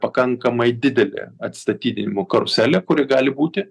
pakankamai didelė atstatydinimų karuselė kuri gali būti